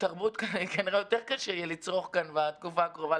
תרבות כנראה יותר קשה יהיה לצרוך כאן בתקופה הקרובה,